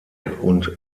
und